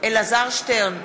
אלעזר שטרן,